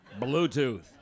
Bluetooth